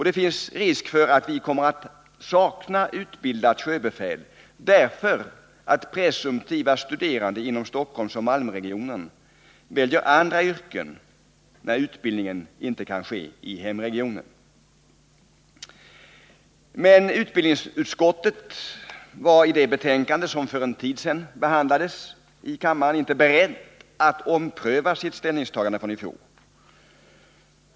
Det finns risk för att vi kommer att sakna utbildat sjöbefäl, därför att presumtiva studerande inom Stockholmsoch Malmöregionerna väljer andra yrken när utbildningen inte kan ske i hemregionen. Men utbildningsutskottet var i det betänkande som för en tid sedan behandlades i kammaren inte berett att ompröva sitt ställningstagande från i fjol.